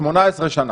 18 שנה.